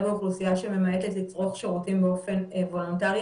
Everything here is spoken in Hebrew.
באוכלוסייה שממעטת לצרוך שירותים באופן וולונטרי,